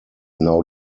now